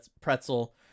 pretzel